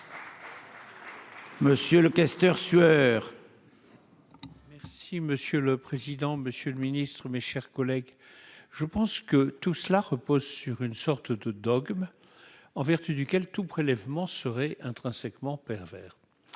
Monsieur le questeur sueur. Merci monsieur le président, Monsieur le Ministre, mes chers collègues, je pense que tout cela repose sur une sorte de dogme en vertu duquel tout prélèvement serait intrinsèquement pervers